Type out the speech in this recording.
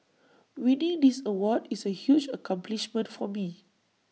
winning this award is A huge accomplishment for me